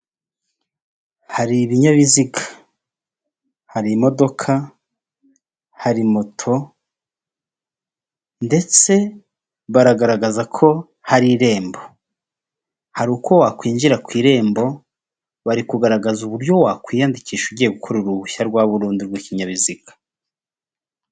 Hari ibinyabiziga hari imodoka, hari moto ndetse baragaragaza ko hari irembo. Hari uko wakwinjira ku irembo bari kugaragaza uburyo wakwiyandikisha ugiye gukorera uruhushya rwa burundu rw'ikinyabiziga.